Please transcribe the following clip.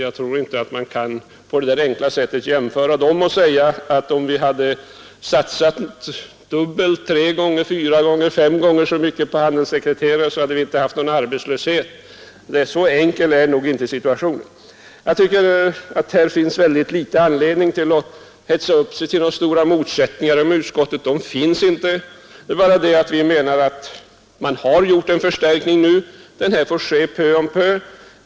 Jag tror inte att man på det där enkla sättet kan jämföra dem och säga att om vi hade satsat dubbelt så mycket, tre gånger så mycket eller fem gånger så mycket på handelssekreterare, så hade vi inte haft någon arbetslöshet. Så enkel är inte situationen. Det finns väldigt liten anledning att hetsa upp sig till några stora motsättningar. Några sådana finns inte på denna punkt. Vi menar att man nu gjort en förstärkning och att sådana får ske pö om pö.